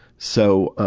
so